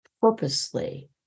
purposely